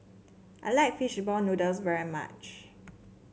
I like Fishball Noodles very much